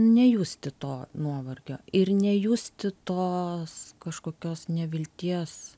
nejusti to nuovargio ir nejusti tos kažkokios nevilties